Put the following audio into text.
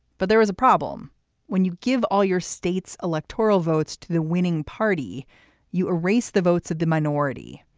but there was a problem when you give all your state's electoral votes to the winning party you erased the votes of the minority.